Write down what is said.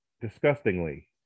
disgustingly